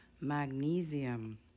magnesium